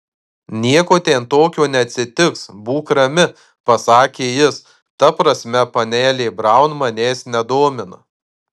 nieko ten tokio neatsitiks būk rami pasakė jis ta prasme panelė braun manęs nedomina